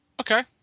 Okay